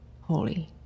holy